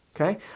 okay